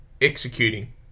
executing